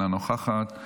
אינה נוכחת,